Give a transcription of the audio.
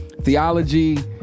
Theology